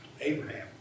Abraham